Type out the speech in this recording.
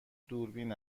دوربین